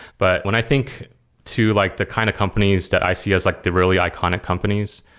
but when i think to like the kind of companies that i see as like the really iconic companies,